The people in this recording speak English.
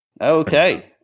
Okay